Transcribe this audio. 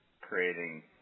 creating